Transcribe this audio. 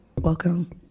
Welcome